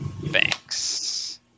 Thanks